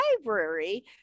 library